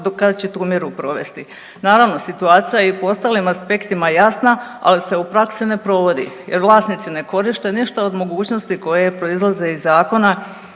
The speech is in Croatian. do kada će tu mjeru provesti. Naravno situacija i u ostalim aspektima je jasna, ali se u praksi ne provodi jer vlasnici ne koriste ništa od mogućnosti koje proizlaze iz zakona